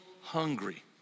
hungry